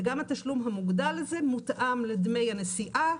וגם התשלום המוגדל הזה מותאם לדמי הנסיעה,